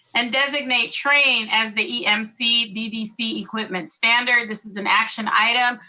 and designate trane as the emc ddc equipment standard. this is an action item.